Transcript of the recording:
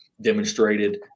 demonstrated